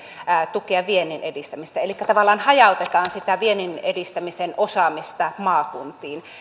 tukea viennin edistämistä elikkä tavallaan hajautetaan sitä viennin edistämisen osaamista maakuntiin